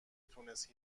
تونست